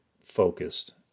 focused